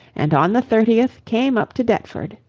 and on the thirtieth came up to deptford.